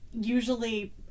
usually